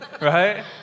Right